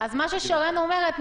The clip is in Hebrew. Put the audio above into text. אז מה ששרן אומרת,